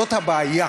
זאת הבעיה.